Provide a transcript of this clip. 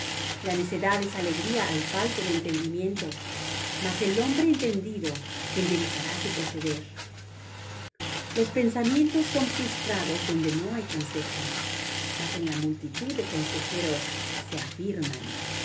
la necedad es alegría al falto de entendimiento mas el hombre entendido enderezará su proceder los pensamientos son frustrados donde no hay consejo mas en la multitud de consejeros se afirman